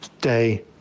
day